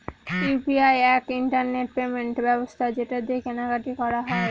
UPI এক internet payment ব্যবস্থা যেটা দিয়ে কেনা কাটি করা যায়